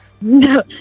No